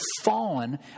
fallen